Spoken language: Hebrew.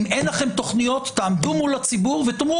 אם אין לכם תכניות תעמדו מול הציבור ותגידו